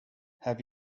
have